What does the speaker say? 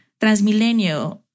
Transmilenio